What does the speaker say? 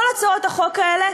כל הצעות החוק האלה,